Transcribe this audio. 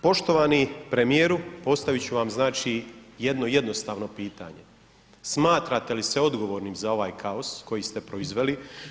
Poštovani premijeru, postaviti ću vam znači jedno jednostavno pitanje, smatrate li se odgovornim za ovaj kaos koji ste proizveli.